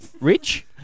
Rich